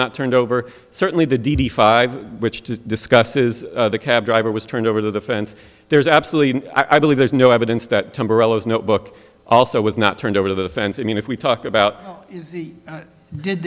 not turned over certainly the d d five which to discuss is the cab driver was turned over the fence there's absolutely i believe there's no evidence that book also was not turned over to the fence i mean if we talk about did